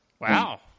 Wow